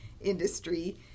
industry